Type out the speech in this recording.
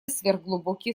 сверхглубокие